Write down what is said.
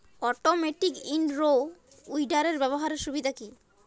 Automatic in row উইডারের ব্যবহারের সুবিধা কি?